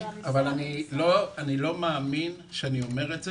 אני לא מאמין שאני אומר את זה,